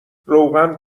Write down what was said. روغن